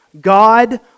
God